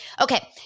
okay